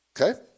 Okay